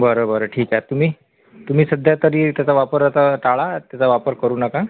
बरं बरं ठीक आहे तुम्ही तुम्ही सध्या तरी त्याचा वापर आता टाळा त्याचा वापर करू नका